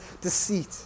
deceit